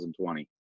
2020